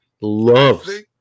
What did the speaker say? loves